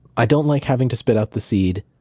i don't like having to spit out the seed.